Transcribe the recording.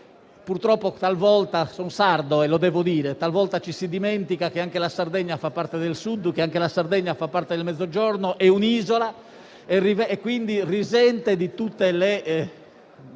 e lo devo dire - ci si dimentica che anche la Sardegna fa parte del Sud, che anch'essa fa parte del Mezzogiorno; è un'isola e quindi risente di tutte le